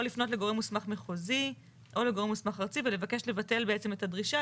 לפנות לגורם מוסמך מחוזי או לגורם מוסמך ארצי ולבקש לבטל בעצם את הדרישה,